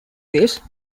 this